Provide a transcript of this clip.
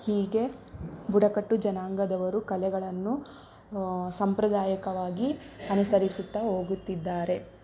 ಹೀಗೇ ಬುಡಕಟ್ಟು ಜನಾಂಗದವರು ಕಲೆಗಳನ್ನು ಸಾಂಪ್ರದಾಯಿಕವಾಗಿ ಅನುಸರಿಸುತ್ತಾ ಹೋಗುತ್ತಿದ್ದಾರೆ